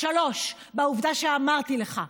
3. עובדה שאמרתי לך,